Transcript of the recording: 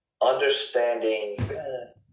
understanding